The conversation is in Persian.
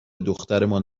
دخترمان